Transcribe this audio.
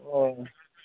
हय